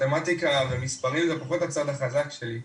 מתמטיקה ומספרים זה פחות הצד החזק שלי,